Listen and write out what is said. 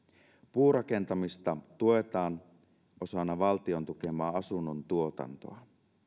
puurakentamista tuetaan osana valtion tukemaa asunnontuotantoa